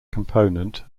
component